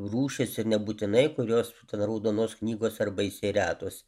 rūšys ir nebūtinai kurios raudonos knygos ar baisiai retos